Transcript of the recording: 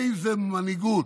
איזו מנהיגות.